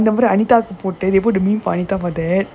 ya ya அதே மாதிரி:adhae maadhiri anita they put the meme for anita for that